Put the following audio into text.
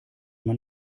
man